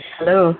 Hello